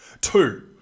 Two